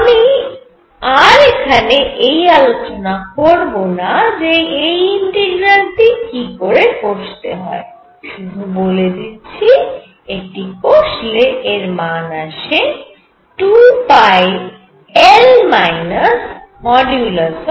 আমি আর এখানে এই আলোচনা করব না যে এই ইন্টিগ্রালটি কি করে কষতে হয় শুধু বলে দিচ্ছি এটি কষলে এর মান আসে 2πL